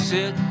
Sit